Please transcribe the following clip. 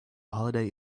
holiday